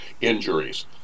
injuries